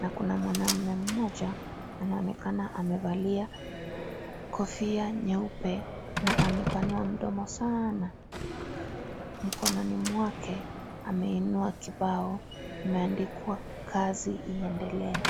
na kuna mwanaume mmoja anaonekana amevalia kofia nyeupe na amepanua mdomo sana. Mkononi mwake ameinua kibao imeandikwa kazi iendelee.